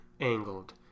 angled